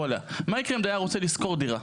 עליה: מה יקרה אם דייר רוצה לשכור דירה?